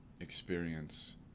experience